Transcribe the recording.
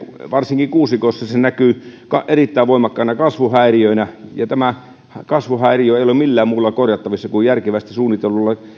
varsinkin kuusikoissa se se näkyy erittäin voimakkaina kasvuhäiriöinä ja tämä kasvuhäiriö ei ole millään muulla korjattavissa kuin järkevästi suunnitellulla